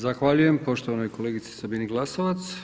Zahvaljujem poštovanoj kolegici SAbini Glasovac.